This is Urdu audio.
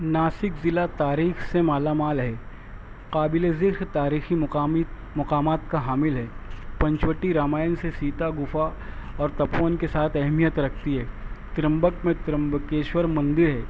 ناسک ضلع تاریخ سے مالا مال ہے قابل ذکر تاریخی مقامی مقامات کا حامل ہے پنچوٹی رامائن سے سیتا گپھا اور تپون کے ساتھ اہمیت رکھتی ہے ترمبت میں ترمبکیشور مندر ہے